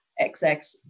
XX